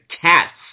cats